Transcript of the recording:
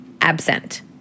Absent